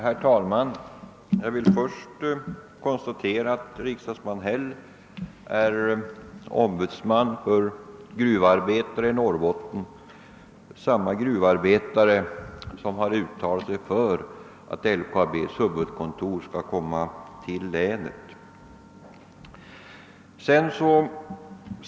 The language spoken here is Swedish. Herr talman! Jag vill först konstatera att herr Häll är eller har varit ombudsman för gruvarbetare i Norrbotten — samma gruvarbetare som har uttalat sig för att LKAB:s huvudkontor skall flyttas till Norrbottens län.